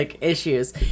issues